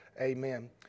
Amen